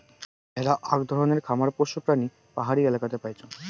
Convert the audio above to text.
ভেড়া আক ধরণের খামার পোষ্য প্রাণী পাহাড়ি এলাকাতে পাইচুঙ